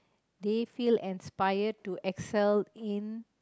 they feel inspired to excel in